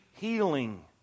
Healing